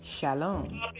Shalom